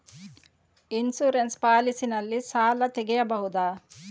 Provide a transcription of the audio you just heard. Insurance policy ನಲ್ಲಿ ಸಾಲ ತೆಗೆಯಬಹುದ?